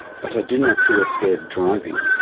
but i do not feel scared driving.